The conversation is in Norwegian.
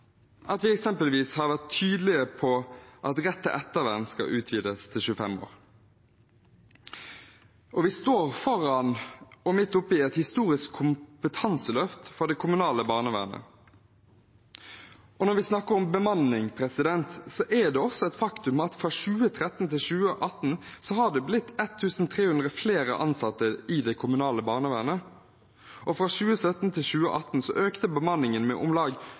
at vi eksempelvis har vært tydelige på at rett til ettervern skal utvides til 25 år. Vi står foran – og midt oppe i – et historisk kompetanseløft av det kommunale barnevernet. Når vi snakker om bemanning, er det også et faktum at fra 2013 til 2018 har det blitt 1 300 flere ansatte i det kommunale barnevernet, og fra 2017 til 2018 økte bemanningen med om lag